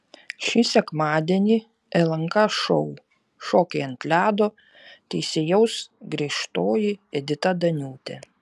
šį sekmadienį lnk šou šokiai ant ledo teisėjaus griežtoji edita daniūtė